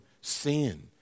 sin